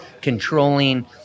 controlling